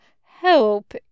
help